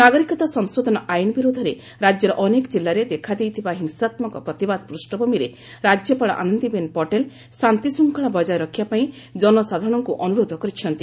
ନାଗରିକତା ସଂଶୋଧନ ଆଇନ ବିରୋଧରେ ରାଜ୍ୟର ଅନେକ କିଲ୍ଲାରେ ଦେଖାଦେଇଥିବା ହିଂସାତ୍କକ ପ୍ରତିବାଦ ପୂଷ୍ପଭୂମିରେ ରାଜ୍ୟପାଳ ଆନନ୍ଦିବେନ୍ ପଟେଲ୍ ଶାନ୍ତିଶୃଙ୍ଖଳା ବଜାୟ ରଖିବାପାଇଁ ଜନସାଧାରଣଙ୍କୁ ଅନୁରୋଧ କରିଛନ୍ତି